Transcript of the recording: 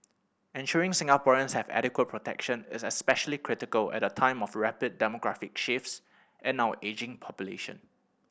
ensuring Singaporeans have adequate protection is especially critical at a time of rapid demographic shifts and our ageing population